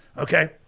okay